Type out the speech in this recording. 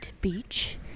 Beach